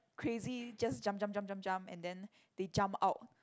crazy just jump jump jump jump jump and then they jump out